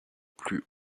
plus